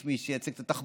יש מי שייצג את התחבורה,